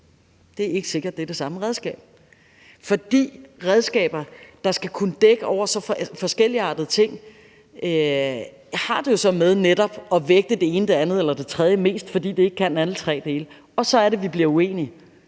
Det er ikke sikkert, at det er det samme redskab, for et redskab, der skal kunne dække over så forskelligartede ting, har det jo netop med at vægte det ene, det andet eller det tredje mest, fordi det ikke kan alle tre dele. Og så er det, at vi bliver uenige,